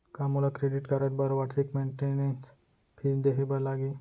का मोला credit card बर वार्षिक मेंटेनेंस फीस देहे बर लागही?